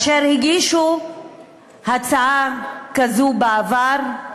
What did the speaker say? אשר הגישו הצעה כזאת בעבר,